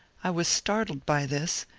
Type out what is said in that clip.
i was startled by this,